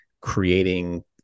creating